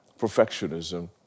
perfectionism